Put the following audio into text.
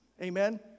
Amen